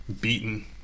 beaten